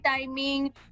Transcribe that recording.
timing